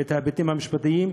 ואת ההיבטים המשפטיים,